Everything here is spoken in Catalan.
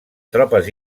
tropes